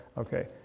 okay,